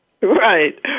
Right